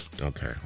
Okay